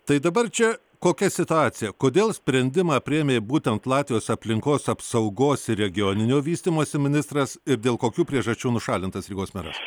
tai dabar čia kokia situacija kodėl sprendimą priėmė būtent latvijos aplinkos apsaugos ir regioninio vystymosi ministras ir dėl kokių priežasčių nušalintas rygos meras